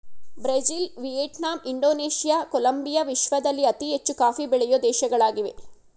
Brazil, Vietnam, Indonesia, Colombia ವಿಶ್ವದಲ್ಲಿ ಅತಿ ಹೆಚ್ಚು ಕಾಫಿ ಬೆಳೆಯೂ ದೇಶಗಳಾಗಿವೆ